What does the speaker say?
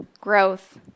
growth